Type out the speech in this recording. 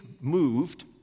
moved